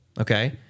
okay